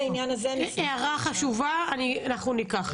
הערה חשובה, אנחנו ניקח את זה.